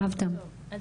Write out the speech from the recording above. אבטם, בבקשה.